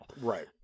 right